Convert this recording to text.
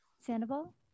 Sandoval